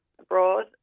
abroad